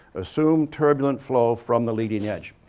assume turbulent flow from the leading edge.